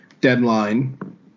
deadline